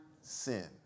sin